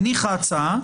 הניחה הצעה,